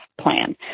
plan